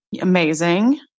Amazing